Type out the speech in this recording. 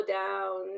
down